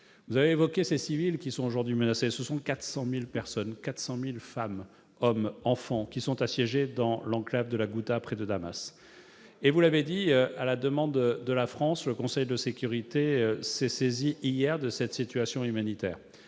Vous avez évoqué les civils aujourd'hui menacés : ce sont 400 000 femmes, hommes, enfants qui sont assiégés dans l'enclave de la Ghouta, près de Damas. Vous l'avez dit, à la demande de la France, le Conseil de sécurité s'est saisi hier de cette situation humanitaire.